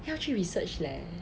要去 research leh